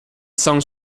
songs